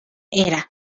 era